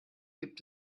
gibt